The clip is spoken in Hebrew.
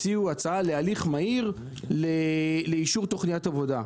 הציעו הצעה להליך מהיר לאישור תוכניות עבודה.